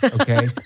okay